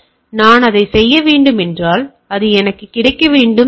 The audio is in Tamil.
எனவே நான் அதை செய்ய வேண்டும் என்றால் அது எனக்கு கிடைக்க வேண்டும்